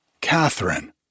Catherine